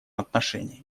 отношении